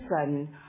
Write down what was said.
sudden